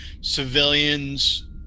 civilians